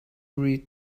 read